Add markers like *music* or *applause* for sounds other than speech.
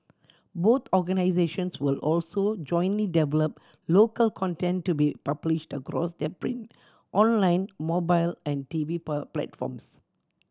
both organisations will also jointly develop local content to be published across their print online mobile and TV *unintelligible* platforms